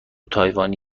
تایوانی